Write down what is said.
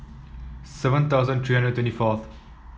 seven thousand three hundred twenty fourth